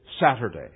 Saturday